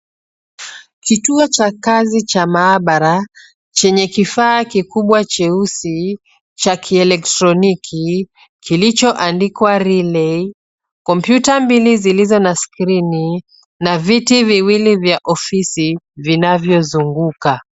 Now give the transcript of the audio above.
Kituo cha kazi cha maabara chenye kifaa kubwa cheusi cha kielectroniki kilichoandkwa relay , kompyuta mbili zilizo na screen , na viti viwili vya ofisi vinavyozunguka.